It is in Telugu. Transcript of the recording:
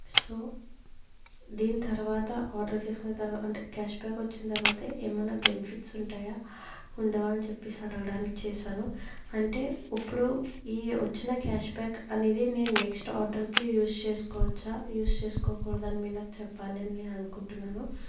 సో దీని తర్వాత ఆర్డర్ చేసుకున్న తర్వాత అంటే కాష్ బ్యాక్ వచ్చిన తర్వాతే ఏమన్న బెనిఫిట్స్ ఉంటాయా ఉండవా అని చెప్పేసి అని అడగడానికి చేశాను అంటే ఉప్పుడు ఈ వచ్చిన క్యాష్ బ్యాక్ అనేది నేన్ నెక్స్ట్ ఆర్డర్ కి యూస్ చేస్కోవచ్చా యూస్ చేస్కోకూడదా మీరు నాకు చెప్పాలని నేననుకుంటున్నాను